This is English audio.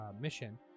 mission